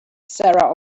sarah